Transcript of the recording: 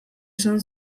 esan